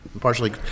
partially